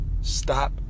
stop